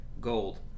gold